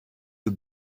you